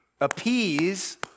appease